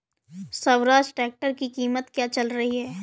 Swaraj tractor की कीमत क्या चल रही है?